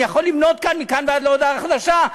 אני יכול למנות מכאן ועד להודעה חדשה,